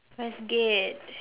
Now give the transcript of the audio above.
westgate